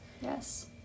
yes